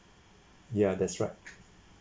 ya that's right